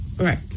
right